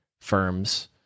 firms